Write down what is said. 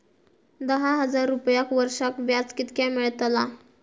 दहा हजार रुपयांक वर्षाक व्याज कितक्या मेलताला?